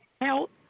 health